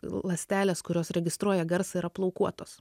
ląstelės kurios registruoja garsą yra plaukuotos